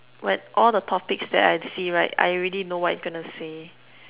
when all the topics that I see right I already know what you gonna say